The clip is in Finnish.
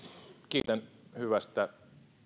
kiitän hyvästä